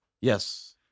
Yes